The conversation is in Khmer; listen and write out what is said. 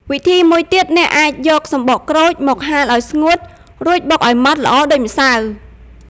វិធីមួយទៀត អ្នកអាចយកសំបកក្រូចមកហាលឲ្យស្ងួត រួចបុកឲ្យម៉ដ្ឋល្អដូចម្សៅ។